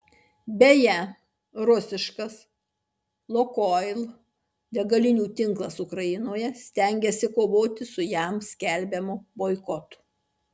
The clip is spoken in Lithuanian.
beje rusiškas lukoil degalinių tinklas ukrainoje stengiasi kovoti su jam skelbiamu boikotu